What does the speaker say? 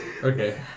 Okay